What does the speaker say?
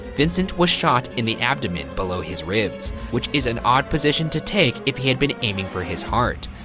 vincent was shot in the abdomen below his ribs, which is an odd position to take if he had been aiming for his heart.